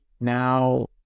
now